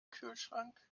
kühlschrank